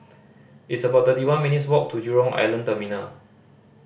it's about thirty one minutes' walk to Jurong Island Terminal